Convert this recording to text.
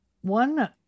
one